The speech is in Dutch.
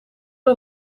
een